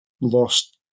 lost